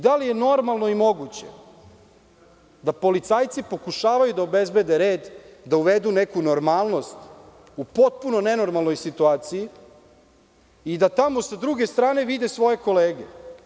Da li je normalno i moguće da policajci pokušavaju da obezbede red, da uvedu neku normalnost u potpuno nenormalnoj situaciji i da tamo sa druge strane vide svoje kolege?